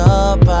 up